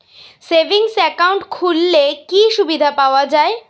Savings account খুললে কি সুবিধা পাওয়া যায়?